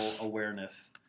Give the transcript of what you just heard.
awareness